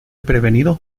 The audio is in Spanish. prevenido